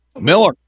Miller